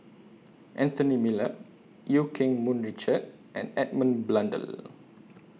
Anthony Miller EU Keng Mun Richard and Edmund Blundell